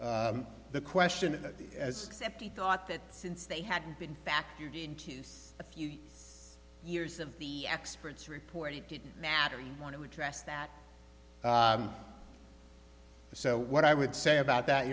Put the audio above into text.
the question as sceptics thought that since they hadn't been factored into a few years of the expert's report he didn't matter you want to address that so what i would say about that